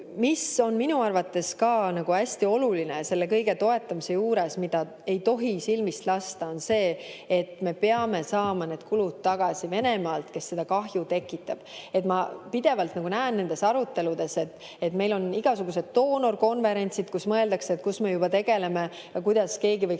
mis on minu arvates ka hästi oluline selle toetamise juures, mida ei tohi silmist lasta, on see, et me peame saama need kulud tagasi Venemaalt, kes seda kahju tekitab. Ma pidevalt näen nendes aruteludes, et meil on igasugused doonorkonverentsid, kus mõeldakse, kus me juba tegeleme ja kuidas keegi võiks